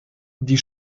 die